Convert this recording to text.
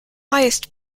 highest